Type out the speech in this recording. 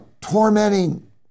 tormenting